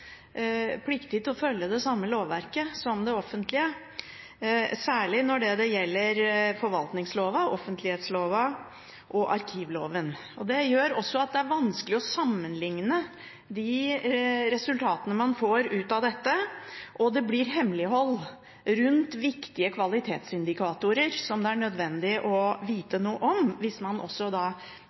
pliktig til å følge det samme lovverket som det offentlige, særlig når det gjelder forvaltningsloven, offentlighetsloven og arkivloven. Det gjør at det er vanskelig å sammenligne de resultatene man får ut av dette, og det blir hemmelighold rundt viktige kvalitetsindikatorer som det er nødvendig å vite noe om hvis man